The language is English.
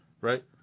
right